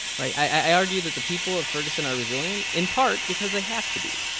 right? i argue that the people of ferguson are resilient in part because they have to be.